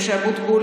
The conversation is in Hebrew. משה אבוטבול,